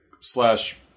Slash